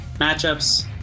matchups